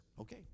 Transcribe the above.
Okay